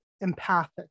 empathic